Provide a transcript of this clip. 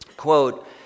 Quote